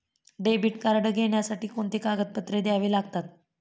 Debit card घेण्यासाठी कोणती कागदपत्रे द्यावी लागतात?